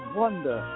wonder